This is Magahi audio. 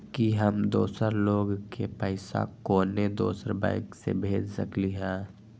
कि हम दोसर लोग के पइसा कोनो दोसर बैंक से भेज सकली ह?